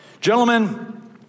Gentlemen